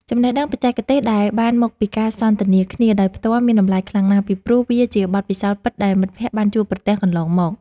ចំណេះដឹងបច្ចេកទេសដែលបានមកពីការសន្ទនាគ្នាដោយផ្ទាល់មានតម្លៃខ្លាំងណាស់ ពីព្រោះ វាជាបទពិសោធន៍ពិតដែលមិត្តភក្តិបានជួបប្រទះកន្លងមក។